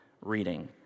reading